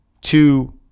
two